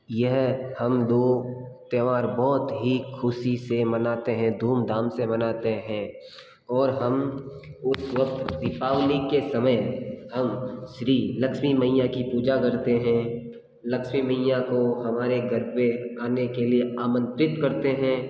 यह हम दो त्यौहार बहुत ही खुशी से मनाते हैं धूमधाम से मनाते हैं और हम उस वक्त दीपावली के समय हम श्री लक्ष्मी मैंया की पूजा करते हैं लक्ष्मी मैंया को हमारे घर पे आने के लिए आमंत्रित करते हैं